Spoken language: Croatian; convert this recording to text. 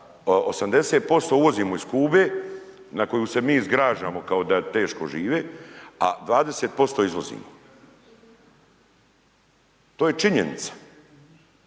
80% uvozimo iz Kube na koju se mi zgražamo kao da teško žive a 20% izvozimo. To je činjenica.